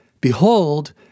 behold